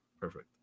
perfect